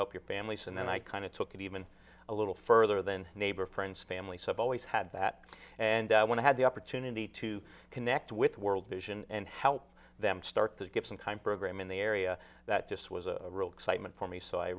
help your families and then i kind of took it even a little further than neighbor friends family so i've always had that and when i had the opportunity to connect with world vision and help them start to get some kind program in the area that this was a real excitement for me so i